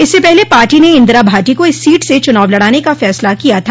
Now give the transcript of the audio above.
इससे पहले पार्टी ने इन्दिरा भाटी को इस सीट से चुनाव लड़ाने का फैसला किया था